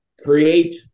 create